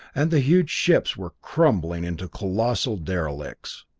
and the huge ships were crumbling into colossal derelicts.